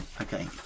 Okay